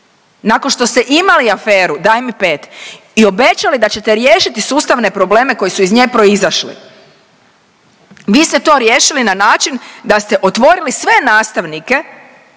nakon što ste imali aferu daj mi 5 i obećali da ćete riješiti sustavne probleme koji su iz nje proizašli, vi ste to riješili na način da ste otvorili sve nastavnike